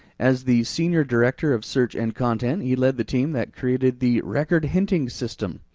as the senior director of search and content, he led the team that created the record hinting system,